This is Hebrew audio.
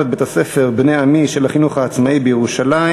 את בית הספר "בני עמי" של החינוך העצמאי בירושלים,